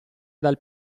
dal